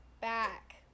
back